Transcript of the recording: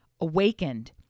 awakened